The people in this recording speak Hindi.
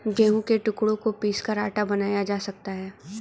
गेहूं के टुकड़ों को पीसकर आटा बनाया जा सकता है